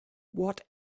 what